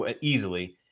easily